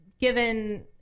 given